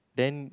then